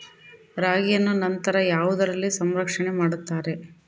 ರಾಗಿಯನ್ನು ನಂತರ ಯಾವುದರಲ್ಲಿ ಸಂರಕ್ಷಣೆ ಮಾಡುತ್ತಾರೆ?